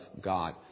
God